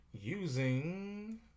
using